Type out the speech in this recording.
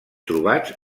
trobats